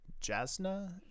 Jasna